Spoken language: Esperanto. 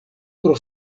pro